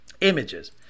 images